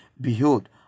Behold